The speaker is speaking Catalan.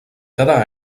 cada